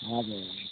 हजुर